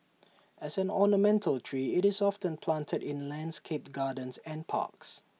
as an ornamental tree IT was often planted in landscaped gardens and parks